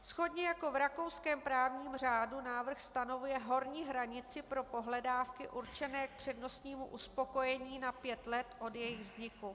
Shodně jako v rakouském právním řádu návrh stanovuje horní hranici pro pohledávky určené k přednostnímu uspokojení na pět let od jejich vzniku.